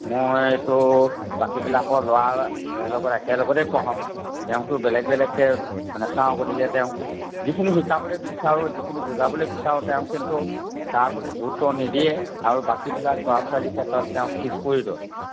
মইতো বাকীবিলাকৰ ল'ৰা লগত একেলগতে পঢ়াওঁ তেওঁকতো বেলেগ বেলেগকৈ নেচাওঁ গতিকে তেওঁ যিখিনি শিকাবলৈ বিচাৰোঁ যিখিনি বুজাবলৈ বিচাৰোঁ তেওঁ কিন্তু তাৰ প্ৰতি গুৰুত্ব নিদিয়ে আৰু বাকীবিলাক ল'ৰা ছোৱালীৰ ক্ষেত্ৰত তেওঁ পিছপৰি ৰয়